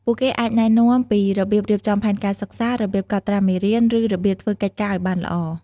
ពួកគេអាចណែនាំពីរបៀបរៀបចំផែនការសិក្សា របៀបកត់ត្រាមេរៀន ឬរបៀបធ្វើកិច្ចការឲ្យបានល្អ។